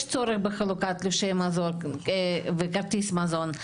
יש צורך בחלוקת תלושי מזון וכרטיס מזון,